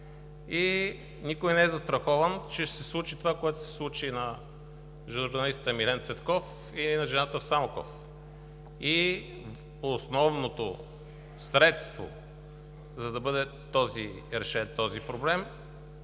и никой не е застрахован, че ще се случи това, което се случи на журналиста Милен Цветков и на жената в Самоков. Основното средство, за да бъде решен този проблем